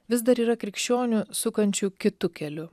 vis dar yra krikščionių sukančių kitu keliu